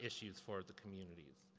issues for the communities.